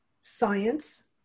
Science